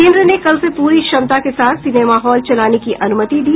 केन्द्र ने कल से पूरी क्षमता के साथ सिनेमा हॉल चलाने की अनुमति दी